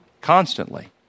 Constantly